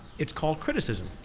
it's called criticism.